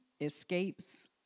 escapes